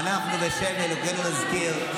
באיזה מעגל ישב זה שהוציא סמל של רכב.